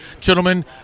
Gentlemen